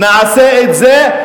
נעשה את זה,